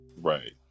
right